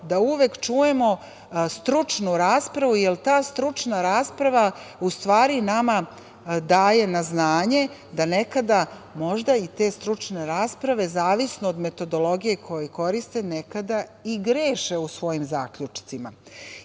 da uvek čujemo stručnu raspravu, jer ta stručna rasprava u stvari nama daje na znanje da nekada možda i te stručne rasprave zavisno od metodologije koju koriste nekada i greše u svojim zaključcima. To